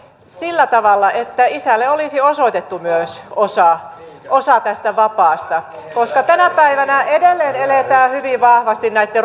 sillä tavalla että isälle olisi osoitettu myös osa tästä vapaasta koska tänä päivänä edelleen eletään hyvin vahvasti näitten